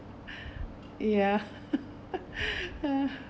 ya